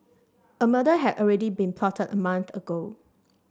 a murder had already been plotted a month ago